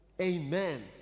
amen